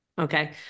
Okay